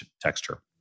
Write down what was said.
texture